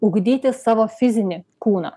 ugdyti savo fizinį kūną